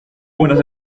buenas